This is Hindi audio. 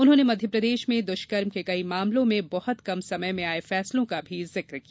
उन्होंने मध्यप्रदेश में दुष्कर्म के कई मामलों में बहुत कम समय में आये फैसलों का भी जिक किया